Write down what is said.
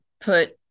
put